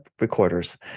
recorders